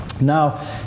Now